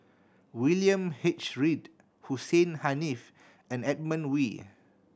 William H Read Hussein Haniff and Edmund Wee